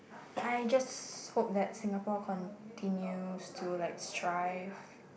I just hope that Singapore continues to like thrive